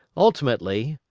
ultimately,